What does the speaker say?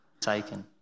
taken